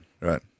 right